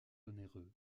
onéreux